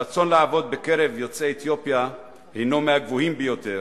הרצון לעבוד בקרב יוצאי אתיופיה הינו מהגבוהים ביותר.